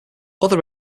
other